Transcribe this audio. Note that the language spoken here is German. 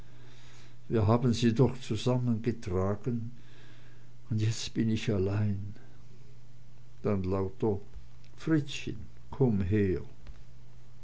wir haben sie doch zusammen getragen und jetzt bin ich allein dann lauter fritzchen komm her